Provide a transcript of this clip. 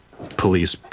Police